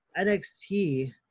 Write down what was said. NXT